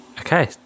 okay